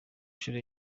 inshuro